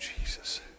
Jesus